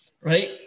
Right